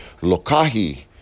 lokahi